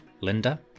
Linda